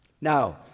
Now